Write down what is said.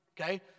okay